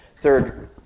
Third